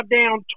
down